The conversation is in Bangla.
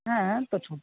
হ্যাঁ